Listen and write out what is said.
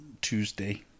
Tuesday